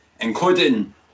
including